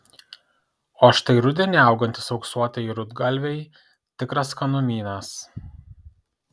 o štai rudenį augantys auksuotieji rudgalviai tikras skanumynas